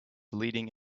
leading